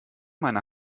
meiner